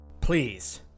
Please